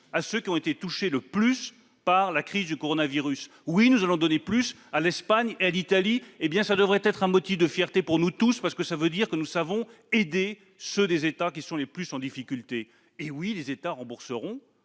à ceux qui ont été le plus touchés par la crise du coronavirus ; oui, nous allons donner plus à l'Espagne et à l'Italie. Ce devrait être un motif de fierté pour nous tous, parce que cela signifie que nous savons aider les États les plus en difficulté. Oui, les États rembourseront